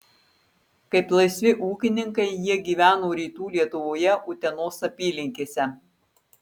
kaip laisvi ūkininkai jie gyveno rytų lietuvoje utenos apylinkėse